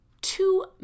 two